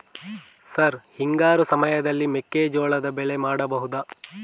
Sir ಹಿಂಗಾರು ಸಮಯದಲ್ಲಿ ಮೆಕ್ಕೆಜೋಳದ ಬೆಳೆ ಮಾಡಬಹುದಾ?